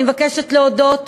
אני מבקשת להודות